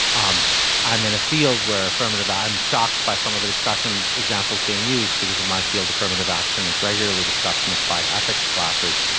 um i am in a field where affirmative i am shocked by some of the discussions examples being used because in my field affirmative action is regularly discussed in applied ethics classes.